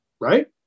right